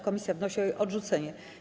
Komisja wnosi o jej odrzucenie.